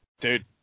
dude